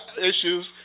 issues